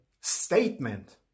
statement